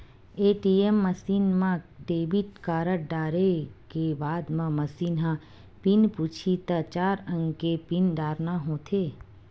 ATM machine म debit card डारे के बाद म मसीन ह पिन पूछही त चार अंक के पिन डारना होथे